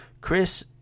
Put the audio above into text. Chris